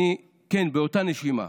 כן, באותה נשימה,